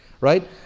right